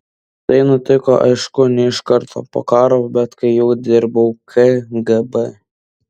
tai nutiko aišku ne iš karto po karo bet kai jau dirbau kgb